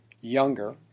younger